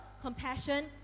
compassion